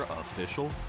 official